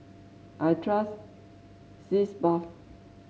I trust Sitz Bath